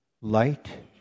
light